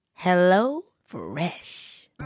HelloFresh